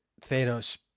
Thanos